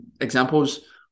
examples